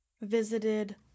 visited